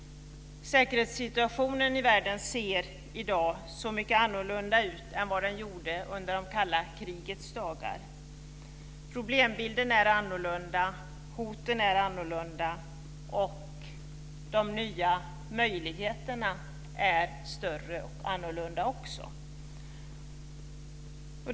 Säkerhetssituationen i världen ser i dag så mycket annorlunda ut än vad den gjorde under kalla krigets dagar. Problembilden är annorlunda, hoten är annorlunda och de nya möjligheterna är större och också annorlunda.